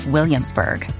Williamsburg